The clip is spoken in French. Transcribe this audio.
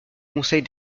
conseils